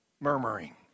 murmuring